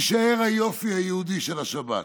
יישאר היופי היהודי של השבת,